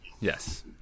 yes